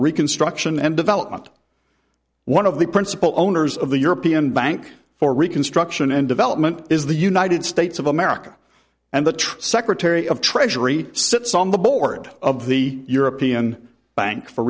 reconstruction and development one of the principal owners of the european bank for reconstruction and development is the united states of america and the secretary of treasury sits on the board of the european bank for